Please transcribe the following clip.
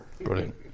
Brilliant